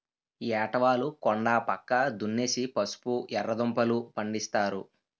ఏటవాలు కొండా పక్క దున్నేసి పసుపు, ఎర్రదుంపలూ, పండిస్తారు